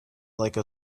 like